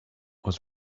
was